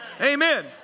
Amen